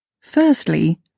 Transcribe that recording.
Firstly